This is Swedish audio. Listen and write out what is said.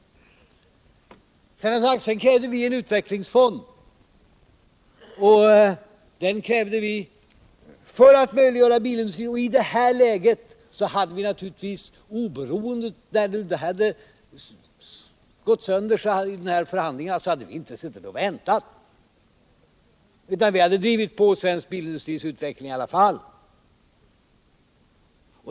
Sedan krävde vi en utvecklingsfond för att möjliggöra en satsning på bilindustrin. När förhandlingarna sprack så hade vi, om vi varit kvar i regeringsställning, naturligtvis inte suttit och väntat, utan vi hade drivit på svensk bilindustris utveckling i alla fall.